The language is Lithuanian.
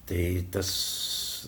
tai tas